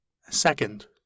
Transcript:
Second